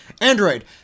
Android